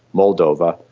moldova,